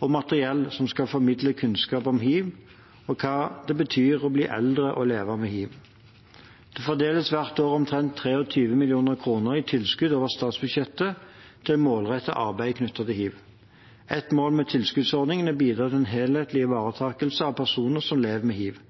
og materiell som skal formidle kunnskap om hiv, og hva det betyr å bli eldre og leve med hiv. Det fordeles hvert år omtrent 23 mill. kr i tilskudd over statsbudsjettet til målrettet arbeid knyttet til hiv. Et mål med tilskuddsordningen er å bidra til en helhetlig ivaretakelse av personer som lever med hiv.